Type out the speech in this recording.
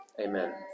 Amen